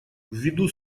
ввиду